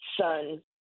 son